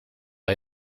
bij